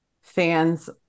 Fans